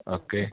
okay